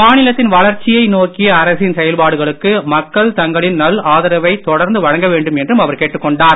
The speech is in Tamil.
மாநிலத்தின் வளர்ச்சியை நோக்கிய அரசின் செயல்பாடுகளுக்கு மக்கள் தங்களின் நல் ஆதரவை தொடர்ந்து வழங்க வேண்டும் என்றும் அவர் கேட்டுக் கொண்டார்